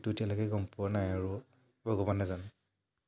তো এতিয়ালৈকে গম পোৱা নাই আৰু ভগৱানে জানে